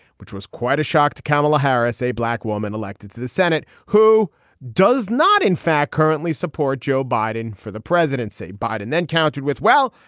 which was quite a shock to kamala harris, a black woman elected to the senate who does not, in fact, currently support joe biden for the presidency. biden then countered with, well,